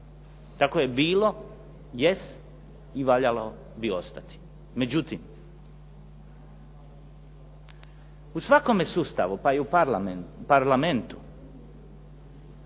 Tako je bilo, jest i valjalo bi ostati. Međutim, u svakome sustavu, pa i u Parlamentu